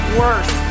worse